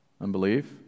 Unbelief